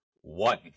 one